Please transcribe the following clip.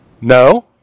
No